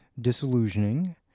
disillusioning